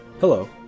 Hello